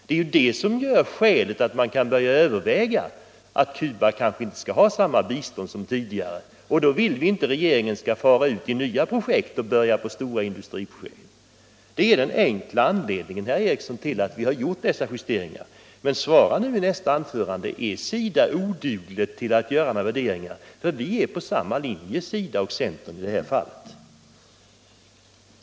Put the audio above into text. Det är skälet till att man kan börja överväga att Cuba kanske inte bör få samma bistånd som tidigare, och då vill vi inte att regeringen skall påbörja nya industriprojekt. Detta är den enkla anledningen, herr Ericson, till att vi har gjort dessa justeringar. Svara nu i nästa anförande på frågan: Är SIDA odugligt när det gäller att göra värderingar? SIDA och centern står på samma linje i det här fallet.